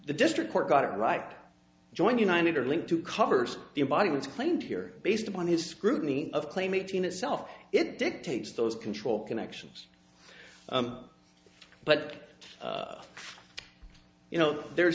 the district court got it right join united are linked to covers the body was claimed here based upon his scrutiny of claim eighteen itself it dictates those control connections but you know the